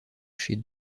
chez